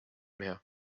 mehr